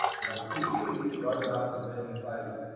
and they literally wrote it up as being a failure.